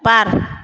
बार